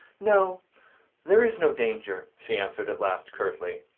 no there is no danger, she answered at last, curtly.